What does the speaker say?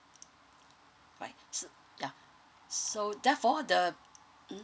right ya so therefore the mm